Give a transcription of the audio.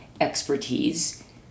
expertise